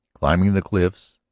climbing the cliffs,